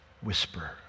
whisper